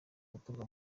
gutabwa